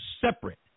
separate